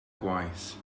gwaith